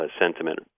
sentiment